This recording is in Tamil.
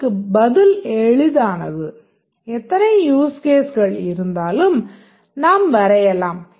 இதற்கு பதில் எளிதானது எத்தனை யூஸ் கேஸ்கள் இருந்தாலும் நாம் வரையலாம்